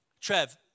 Trev